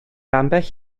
ambell